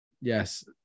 Yes